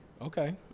Okay